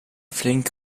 flink